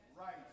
Right